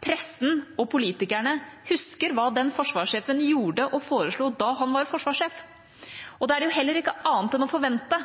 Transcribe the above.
pressen og politikerne husker hva den forsvarssjefen gjorde og foreslo da han var forsvarssjef. Og det er jo heller ikke annet å forvente